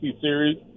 series